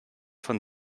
von